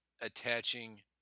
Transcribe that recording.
attaching